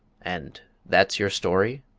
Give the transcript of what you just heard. and that's your story?